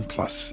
Plus